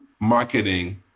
marketing